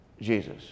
Jesus